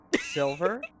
Silver